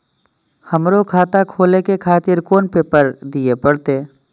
हमरो खाता खोले के खातिर कोन पेपर दीये परतें?